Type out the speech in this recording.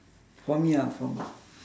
for me ah for me